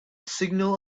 signal